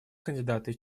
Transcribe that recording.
кандидаты